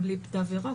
הם בלי תו ירוק,